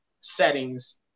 settings